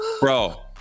Bro